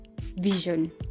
vision